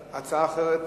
אתה רוצה הצעה נוספת?